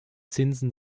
zinsen